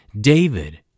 David